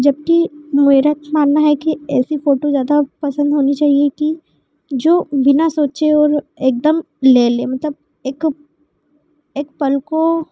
जबकि मेरा मानना है कि ऐसी फोटो ज्यादा पसंद होनी चाहिए कि जो बिना सोचे और एकदम ले ले मतलब एक पल को